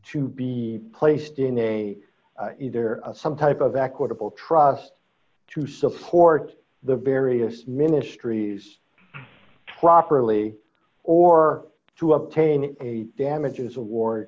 to be placed in a either a some type of equitable trust to support the various ministries properly or to obtain a damages awar